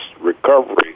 recovery